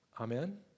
amen